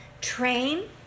train